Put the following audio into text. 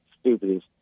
stupid